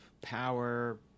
power